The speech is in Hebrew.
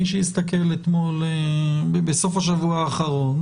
מי שהסתכל בסוף השבוע האחרון,